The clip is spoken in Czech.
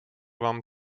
vám